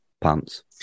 pants